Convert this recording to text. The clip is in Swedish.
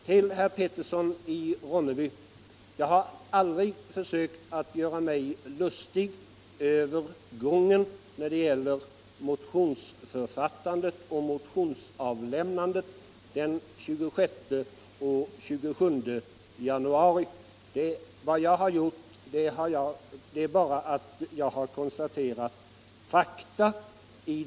Till herr Petersson i Ronneby vill jag säga att jag aldrig försökt göra mig lustig över motionsförfattandet och motionsavlämnandet den 26 och 27 januari. Jag har bara konstaterat fakta.